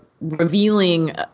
revealing